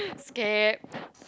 scared